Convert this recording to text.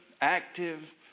active